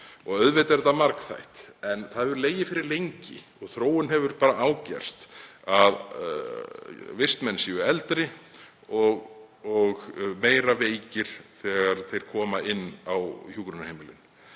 Auðvitað er þetta margþætt en það hefur legið fyrir lengi og þróun hefur ágerst, að vistmenn séu eldri og meira veikir þegar þeir koma inn á hjúkrunarheimilin.